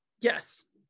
Yes